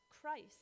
Christ